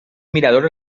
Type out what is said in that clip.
mirador